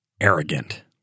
Arrogant